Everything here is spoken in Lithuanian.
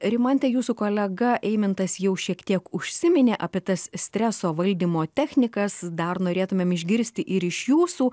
rimante jūsų kolega eimantas jau šiek tiek užsiminė apie tas streso valdymo technikas dar norėtumėm išgirsti ir iš jūsų